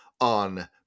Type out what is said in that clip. on